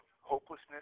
hopelessness